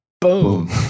Boom